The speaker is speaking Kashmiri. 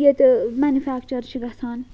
ییٚتہِ میٚنِفیٚکچَر چھِ گَژھان